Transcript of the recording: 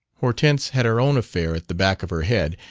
hortense had her own affair at the back of her head,